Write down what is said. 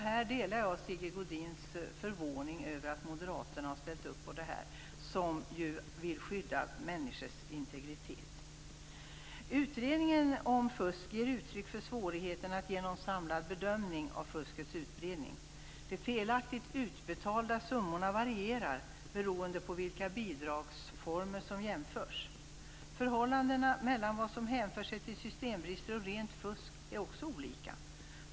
Här delar jag Sigge Godins förvåning över att Moderaterna har ställt upp. De vill ju skydda människors integritet. Utredningen om fusk ger uttryck för svårigheterna att göra en samlad bedömning av fuskets utbredning. Det felaktigt utbetalda summorna varierar beroende på vilka bidragsformer som jämförs. Förhållandena mellan vad som hänför sig till systembrister och rent fusk är också olika.